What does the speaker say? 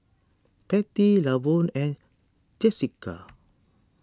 Pattie Lavon and Jessika